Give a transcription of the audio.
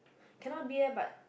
cannot be but